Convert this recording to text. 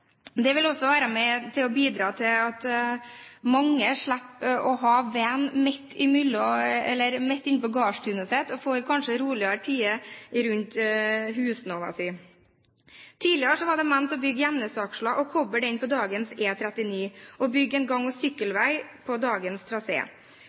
Det vil også være med og bidra til at mange slipper å ha veien midt inne på gårdstunet sitt, og kanskje får det roligere rundt husnova. Tidligere var det ment å bygge Gjemnesaksla og koble den på dagens E39, og bygge en gang- og